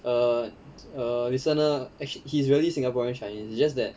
err err listener actually he's really singaporean chinese it's just that